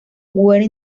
where